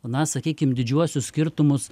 na sakykim didžiuosius skirtumus